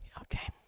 Okay